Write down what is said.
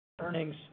earnings